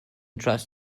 trust